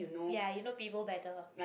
ya you know people better